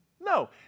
No